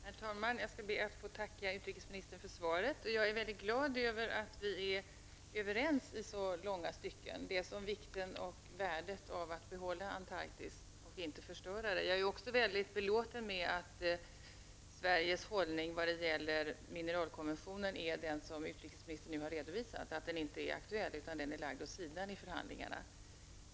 Herr talman! Jag skall be att få tacka utrikesministern för svaret. Jag är mycket glad över att vi är överens i så långa stycken angående vikten och värdet av att behålla Antarktis och inte förstöra det. Jag är också mycket belåten med att Sveriges hållning när det gäller mineralkonventionen är den som utrikesministern nu har redovisat, nämligen att mineralkonventionen inte är aktuell utan lagd åt sidan vid förhandlingarna.